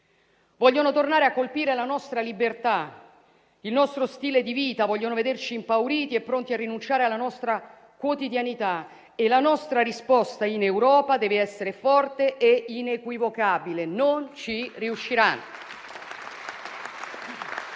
Vogliono tornare a colpire la nostra libertà, il nostro stile di vita, vogliono vederci impauriti e pronti a rinunciare alla nostra quotidianità. E la nostra risposta in Europa deve essere forte e inequivocabile: non ci riusciranno.